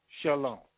Shalom